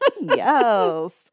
Yes